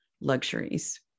luxuries